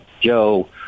Joe